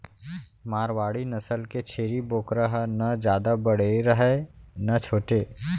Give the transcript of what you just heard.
मारवाड़ी नसल के छेरी बोकरा ह न जादा बड़े रहय न छोटे